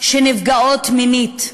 שנפגעים מינית,